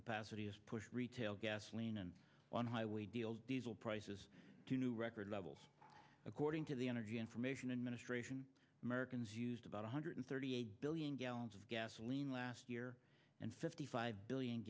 capacity is pushed retail gasoline and on highway deals diesel prices to new record levels according to the energy information administration americans used about one hundred thirty eight billion gallons of gasoline last year and fifty five billion